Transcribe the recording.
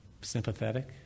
sympathetic